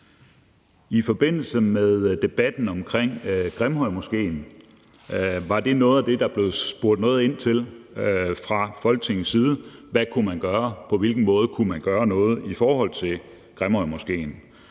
I forbindelse med debatten om Grimhøjmoskeen var det noget af det, der blev spurgt ind til fra Folketingets side: Hvad kunne man gøre, og på hvilken måde kunne man gøre noget i forhold til Grimhøjmoskeen?